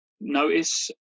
notice